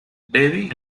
davy